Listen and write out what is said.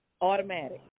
automatic